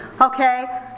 Okay